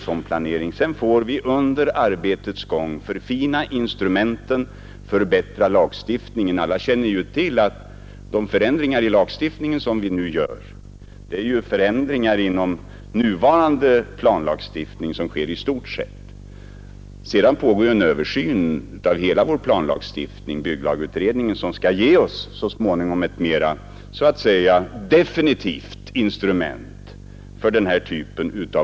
Sedan får vi självklart under arbetets gång förfina instrumenten, förbättra lagstiftningen. Alla känner ju till att de förändringar i lagstiftningen som man nu föreslår är förändringar inom nuvarande planlagstiftnings ram i stort sett. Sedan pågår en översyn av hela vår lagstiftning på detta område, bygglagutredningen, som så småningom skall ge oss ett mer definitivt instrument för den här typen av arbete.